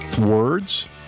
words